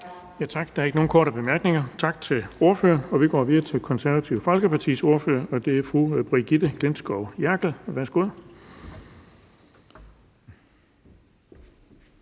Tak. Der er ikke nogen korte bemærkninger. Tak til ordføreren. Vi går videre til Konservative Folkepartis ordfører, fru Brigitte Klintskov Jerkel. Værsgo.